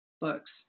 books